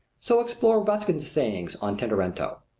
so explore ruskin's sayings on tintoretto.